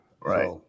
right